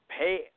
pay